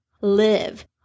Live